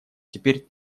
теперь